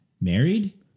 married